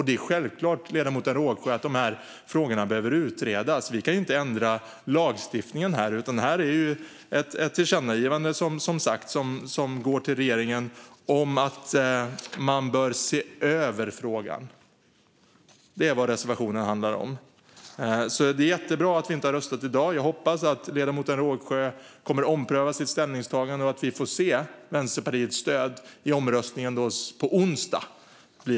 Det är självklart att de här frågorna behöver utredas, ledamoten Rågsjö. Vi kan inte ändra lagstiftningen här. Det handlar som sagt om ett tillkännagivande till regeringen om att man bör se över frågan. Det är vad reservationen handlar om. Det är jättebra att vi inte har röstat i dag. Jag hoppas att ledamoten Rågsjö kommer att ompröva sitt ställningstagande och att vi får Vänsterpartiets stöd i omröstningen på onsdag.